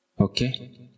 Okay